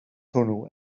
hwnnw